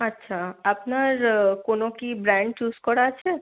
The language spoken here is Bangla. আচ্ছা আপনার কোনও কী ব্র্যান্ড চুজ করা আছে